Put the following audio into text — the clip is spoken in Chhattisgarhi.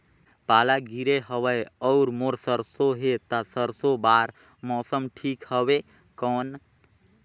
पाला गिरे हवय अउर मोर सरसो हे ता सरसो बार मौसम ठीक हवे कौन?